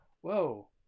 whoa